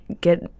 get